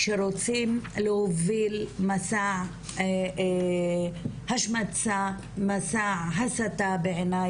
שרוצים להוביל מסע השמצה, מסע הסתה בעייני